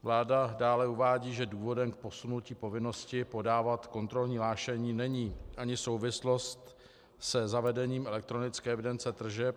Vláda dále uvádí, že důvodem k posunutí povinnosti podávat kontrolní hlášení není ani souvislost se zavedením elektronické evidence tržeb.